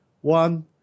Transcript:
one